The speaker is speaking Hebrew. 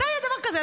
מתי היה דבר כזה?